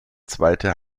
zweite